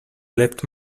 left